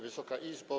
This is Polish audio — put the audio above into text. Wysoka Izbo!